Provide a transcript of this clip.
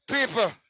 People